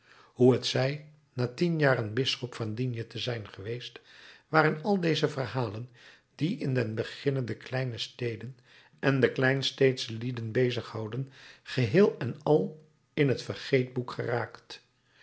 hoe het zij na tien jaren bisschop van digne te zijn geweest waren al deze verhalen die in den beginne de kleine steden en de kleinsteedsche lieden bezighouden geheel en al in het vergeetboek geraakt